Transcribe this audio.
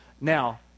Now